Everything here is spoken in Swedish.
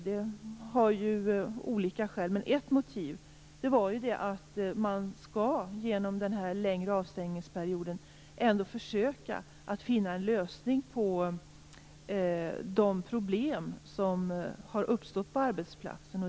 Det finns ju olika skäl, men ett motiv var att man genom den här längre avstängningsperioden ändå skall försöka att finna en lösning på de problem som har uppstått på arbetsplatsen.